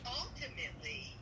ultimately